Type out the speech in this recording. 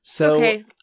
Okay